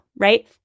Right